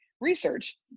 research